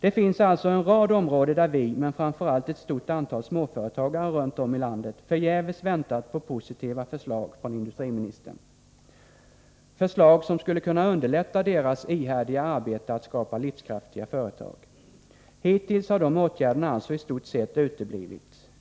Det finns alltså en rad områden där vi, men framför allt ett stort antal småföretagare runt om i landet, förgäves väntat på positiva förslag från industriministern, förslag som skulle underlätta deras ihärdiga arbete att skapa livskraftiga företag. Hittills har de åtgärderna alltså i stort sett uteblivit.